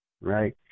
right